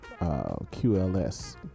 QLS